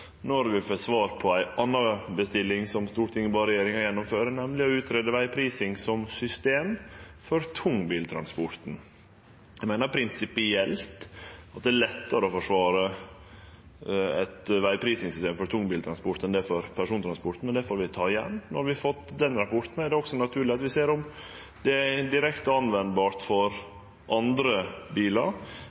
når vi får svar på ei anna bestilling som Stortinget bad regjeringa gjennomføre, nemleg å greie ut vegprising som system for tungbiltransporten. Eg meiner prinsipielt at det er lettare å forsvare eit vegprisingssystem for tungbiltransport enn det er for persontransport, men det får vi ta igjen. Når vi har fått den rapporten, er det også naturleg at vi ser på om det er direkte brukbart for andre bilar,